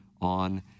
on